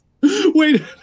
Wait